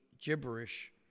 gibberish